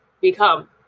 become